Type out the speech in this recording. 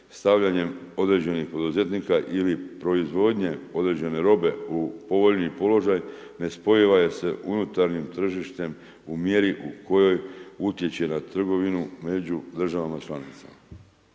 stavljanjem određenih poduzetnika ili proizvodnje određene robe u povoljniji položaj nespojiva je sa unutarnjim tržištem u mjeri u kojoj utječe na trgovinu među državama članicama.